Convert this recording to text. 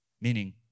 Meaning